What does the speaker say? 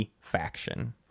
faction